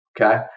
Okay